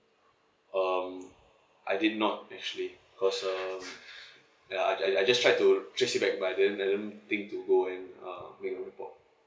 um I did not actually because um I I I just try to just sit back but I didn't I didn't think to go and um make a report